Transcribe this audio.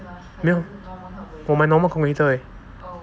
没有我买 normal calculator leh